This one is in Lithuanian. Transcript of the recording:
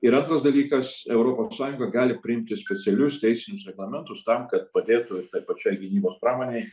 ir antras dalykas europos sąjunga gali priimti specialius teisinius reglamentus tam kad padėtų tai pačiai gynybos pramonei